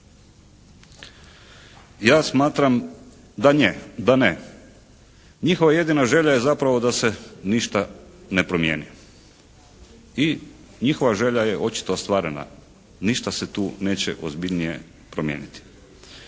Ja smatram da ne. Njihova jedina želja je zapravo da se ništa ne promijeni i njihova želja je očito ostvarena. Ništa se tu neće ozbiljnije promijeniti.